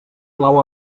plou